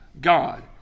God